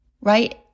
right